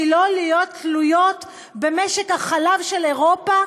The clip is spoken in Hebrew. לא להיות תלויות במשק החלב של אירופה,